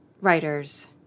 writers